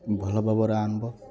ଭଲଭାବରେ ଆଣିବ